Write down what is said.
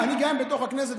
גם בתוך הכנסת,